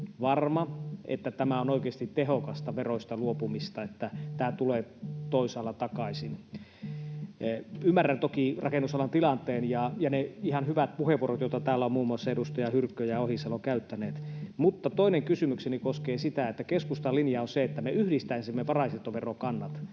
että tämä on oikeasti tehokasta veroista luopumista niin, että tämä tulee toisaalla takaisin. Ymmärrän toki rakennusalan tilanteen ja ne ihan hyvät puheenvuorot, joita täällä ovat muun muassa edustajat Hyrkkö ja Ohisalo käyttäneet. Mutta toinen kysymykseni koskee sitä, että kun keskustan linja on se, että me yhdistäisimme varainsiirtoverokannat,